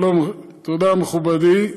שלום, תודה, מכובדי.